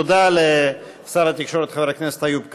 תודה לשר התקשורת חבר הכנסת איוב קרא.